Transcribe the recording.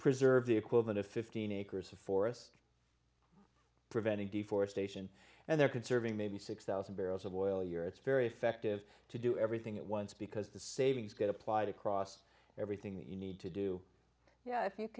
preserve the equivalent of fifteen acres of forest preventing deforestation and they're conserving maybe six thousand barrels of oil you're it's very effective to do everything at once because the savings get applied across everything that you need to do yeah i think